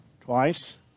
twice